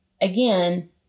again